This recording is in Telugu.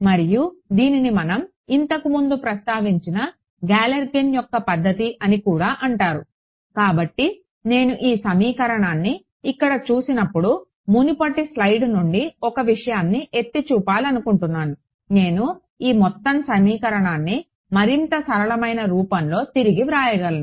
మరియు దీనిని మనం ఇంతకు ముందు ప్రస్తావించిన గాలెర్కిన్ యొక్క పద్ధతి అని కూడా అంటారు కాబట్టి నేను ఈ సమీకరణాన్ని ఇక్కడ చూసినప్పుడు మునుపటి స్లయిడ్ నుండి ఒక విషయాన్ని ఎత్తి చూపాలనుకుంటున్నాను నేను ఈ మొత్తం సమీకరణాన్ని మరింత సరళమైన రూపంలో తిరిగి వ్రాయగలను